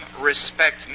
respect